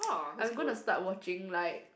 I'm go to start watching like